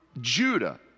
Judah